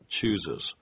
chooses